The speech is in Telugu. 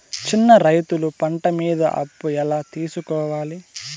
చిన్న రైతులు పంట మీద అప్పు ఎలా తీసుకోవాలి?